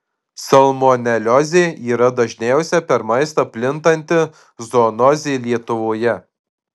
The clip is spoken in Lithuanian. salmoneliozė yra dažniausia per maistą plintanti zoonozė lietuvoje